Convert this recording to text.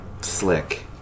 slick